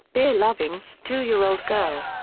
beer-loving, two-year-old girl.